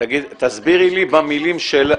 --- תסבירי לי במילים שלך,